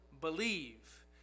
believe